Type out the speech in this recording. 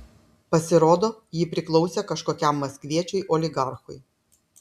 pasirodo ji priklausė kažkokiam maskviečiui oligarchui